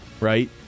right